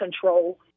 control